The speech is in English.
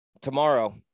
tomorrow